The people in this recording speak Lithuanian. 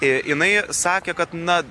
i jinai sakė kad na